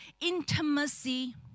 intimacy